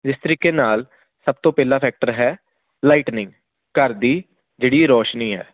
ਇਸ ਤਰੀਕੇ ਨਾਲ ਸਭ ਤੋਂ ਪਹਿਲਾਂ ਫੈਕਟਰ ਹੈ ਲਾਈਟਨਿੰਗ ਘਰ ਦੀ ਜਿਹੜੀ ਰੌਸ਼ਨੀ ਹੈ